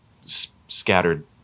scattered